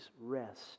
rest